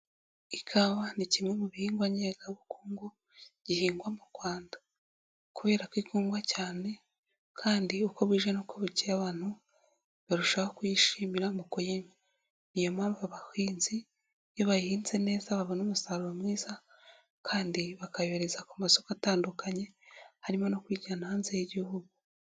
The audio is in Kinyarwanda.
Ikawa ni kimwe mu bihingwa nyegabukungu gihingwa mu Rwanda kubera ko ikundwa cyane kandi uko bwije n'uko bukeye abantu barushaho kuyishimira mu kuyirya, ni yo mpamvu abahinzi iyo bayihinze neza babona umusaruro mwiza kandi bakayohereza ku masoko atandukanye harimo no kuyijyana hanze y'igihugu.